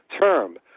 term